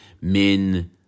men